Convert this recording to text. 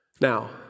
Now